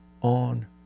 on